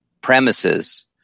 premises